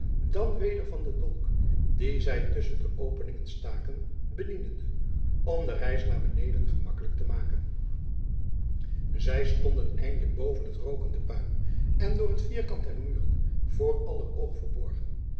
dan weder van den dolk dien zij tusschen de openingen staken bedienende om de reis naar beneden gemakkelijk te maken zij stonden eindelijk boven het rookende puin en door het vierkant der muren voor aller oog verborgen